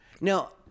Now